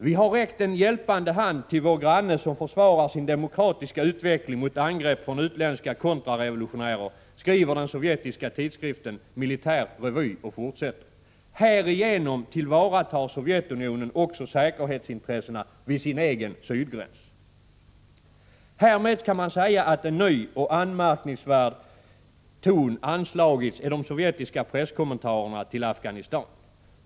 Vi har räckt en hjälpande hand till vår granne, som försvarar sin demokratiska utveckling mot angrepp från utländska kontrarevolutionärer, skriver den sovjetiska tidskriften Militär Revy och fortsätter: Härigenom tillvaratar Sovjetunionen också säkerhetsintressena vid sin egen sydgräns. Härmed kan man säga att en ny och anmärkningsvärd ton anslagits i de sovjetiska presskommentarerna till Afghanistan.